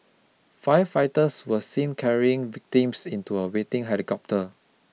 firefighters were seen carrying victims into a waiting helicopter